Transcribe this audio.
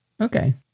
okay